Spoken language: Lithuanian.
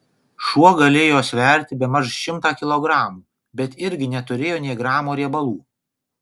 šuo galėjo sverti bemaž šimtą kilogramų bet irgi neturėjo nė gramo riebalų